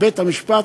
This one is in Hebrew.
בית-המשפט,